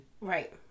Right